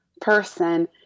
person